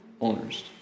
owners